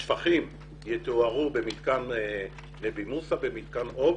השפכים יטוהרו במתקן נבי מוסא ובמתקן עוג